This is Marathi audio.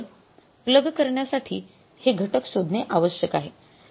तर प्लग करण्यासाठी हे घटक शोधणे आवश्यक आहे